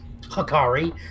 Hakari